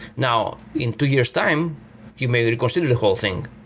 now, in two years' time you may reconsider the whole thing,